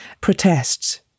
protests